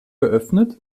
geöffnet